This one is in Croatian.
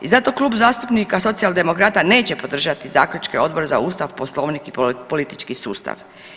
I zato Klub zastupnika Socijaldemokrata neće podržati zaključke Odbora za Ustav, Poslovnik i politički sustav.